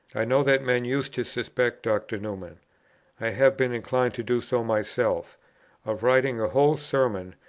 i know that men used to suspect dr. newman i have been inclined to do so myself of writing a whole sermon,